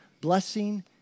blessing